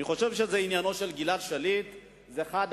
אני חושב שעניינו של גלעד שליט הוא אחת